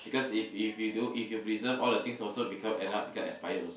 because if if you do if you preserve all the things also become end up become expire also